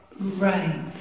right